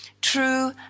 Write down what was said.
true